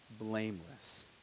blameless